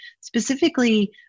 specifically